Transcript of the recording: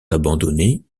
abandonnés